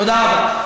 תודה רבה.